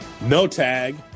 no-tag